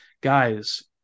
guys